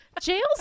jail's